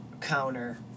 counter